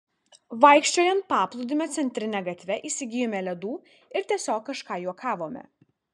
vaikščiojant paplūdimio centrine gatve įsigijome ledų ir tiesiog kažką juokavome